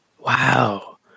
Wow